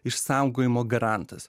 išsaugojimo garantas